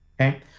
okay